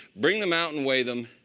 bring them out and weigh them.